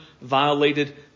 violated